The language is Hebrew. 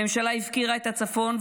הממשלה הפקירה את הצפון,